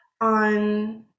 on